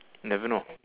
never know